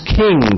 king